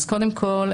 אז קודם כול,